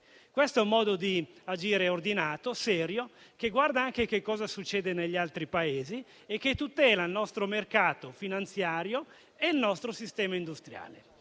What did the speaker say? Questo è un modo di agire ordinato e serio, che guarda anche che cosa succede negli altri Paesi e che tutela il nostro mercato finanziario e il nostro sistema industriale.